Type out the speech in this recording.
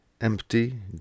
empty